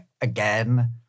again